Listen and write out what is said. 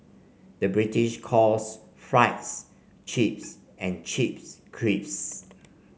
the British calls fries chips and chips crisps